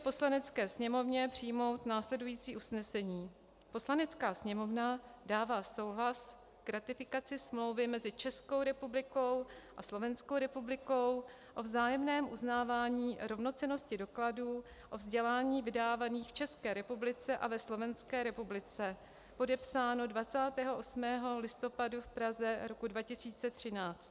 Poslanecké sněmovně přijmout následující usnesení: Poslanecká sněmovna dává souhlas k ratifikaci Smlouvy mezi Českou republikou a Slovenskou republikou o vzájemném uznávání rovnocennosti dokladů o vzdělání vydávaných v České republice a ve Slovenské republice, podepsáno 28. listopadu v Praze roku 2013.